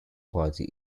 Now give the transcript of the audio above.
party